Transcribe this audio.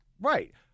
Right